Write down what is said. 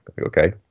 Okay